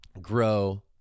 grow